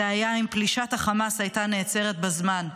היה אם פלישת החמאס הייתה נעצרת בזמן.